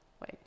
Wait